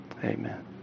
Amen